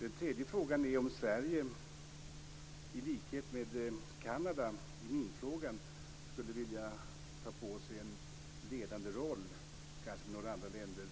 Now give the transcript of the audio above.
Den tredje frågan är om Sverige i likhet med Kanada i minfrågan skulle vilja ta på sig en ledande roll, kanske med några andra länder,